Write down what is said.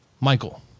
Michael